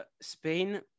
Spain